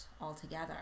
altogether